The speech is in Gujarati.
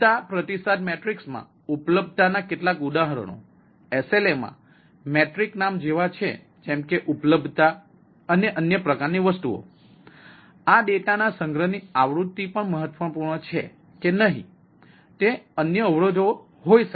ઉપલબ્ધતા પ્રતિસાદ મેટ્રિક્સમાં ઉપલબ્ધતા ના કેટલાક ઉદાહરણો એસએલએમાં મેટ્રિક નામ જેવા છે જેમ કે ઉપલબ્ધતા અને અન્ય પ્રકારની વસ્તુઓ આ ડેટાના સંગ્રહની આવૃત્તિ પણ મહત્વપૂર્ણ છે કે નહીં તે અન્ય અવરોધો હોઈ શકે છે